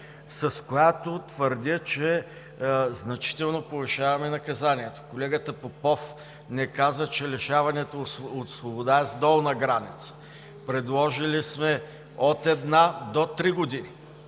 с която твърдя, че значително повишаваме наказанието. Колегата Попов не каза, че лишаването от свобода е с долна граница. Предложили сме от 1 до 3 години.